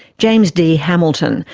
james d hamilton,